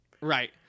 Right